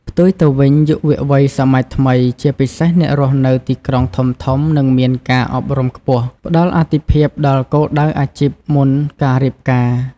ផ្ទុយទៅវិញ យុវវ័យសម័យថ្មី ជាពិសេសអ្នករស់នៅទីក្រុងធំៗ និងមានការអប់រំខ្ពស់ ផ្ដល់អាទិភាពដល់គោលដៅអាជីពមុនការរៀបការ។